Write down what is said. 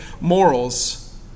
morals